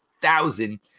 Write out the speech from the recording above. thousand